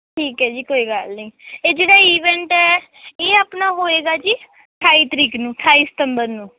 ਠੀਕ ਹੈ ਜੀ ਕੋਈ ਗੱਲ ਨਹੀਂ ਇਹ ਜਿਹੜਾ ਈਵੈਂਟ ਹੈ ਇਹ ਆਪਣਾ ਹੋਏਗਾ ਜੀ ਅਠਾਈ ਤਰੀਕ ਨੂੰ ਅਠਾਈ ਸਤੰਬਰ ਨੂੰ